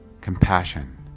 Compassion